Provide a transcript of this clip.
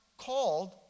called